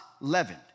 leavened